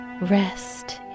Rest